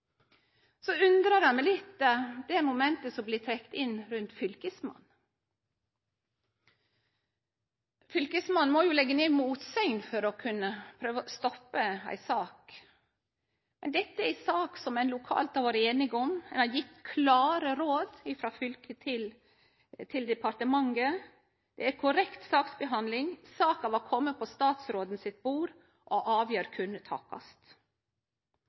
Så undrar eg meg litt over det momentet som blir trekt inn, rundt Fylkesmannen. Fylkesmannen må jo leggje ned motsegn for å kunne prøve å stoppe ei sak. Dette er ei sak som ein lokalt har vore einige om. Det er gjeve klare råd frå fylket til departementet. Det er korrekt saksbehandling. Saka var komen på statsråden sitt bord, og avgjerd kunne takast.